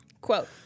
Quote